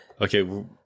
Okay